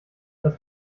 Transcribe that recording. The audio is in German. das